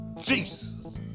Jesus